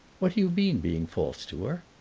what do you mean, being false to her?